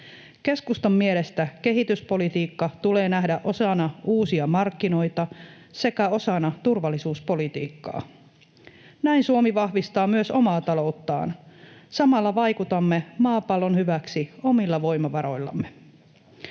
Keskustan mielestä kehityspolitiikka tulee nähdä osana uusia markkinoita sekä osana turvallisuuspolitiikkaa. Näin Suomi vahvistaa myös omaa talouttaan. Samalla vaikutamme maapallon hyväksi omilla voimavaroillamme.